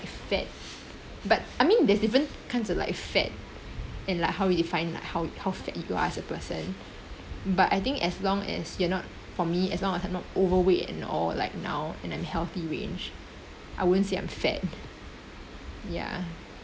fat but I mean there's different kinds of like fat and like how we define how how fat you are as the person but I think as long as you're not for me as long as I'm not overweight and or like now in a healthy range I wouldn't say I'm fat ya